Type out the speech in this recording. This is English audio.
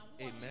Amen